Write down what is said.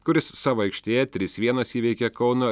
kuris savo aikštėje trys vienas įveikė kauno